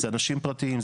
זה אנשים פרטיים,